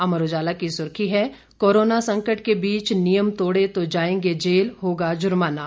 अमर उजाला की सुर्खी है कोरोना संकट के बीच नियम तोड़े तो जाएंगे जेल होगा जुर्माना